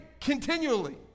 continually